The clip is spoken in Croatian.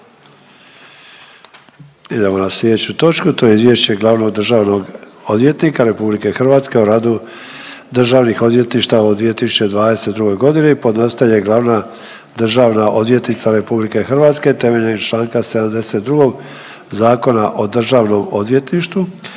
Idemo na slijedeću točku, to je: - Izvješće Glavnog državnog odvjetnika RH o radu državnih odvjetništava u 2022.g.. Podnositelj je Glavna državna odvjetnica RH temeljem čl. 72. Zakona o državnom odvjetništvu.